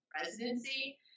residency